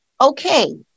Okay